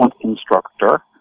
instructor